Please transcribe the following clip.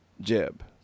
Jeb